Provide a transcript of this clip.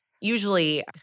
usually